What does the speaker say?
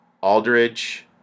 Aldridge